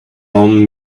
own